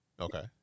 Okay